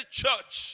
church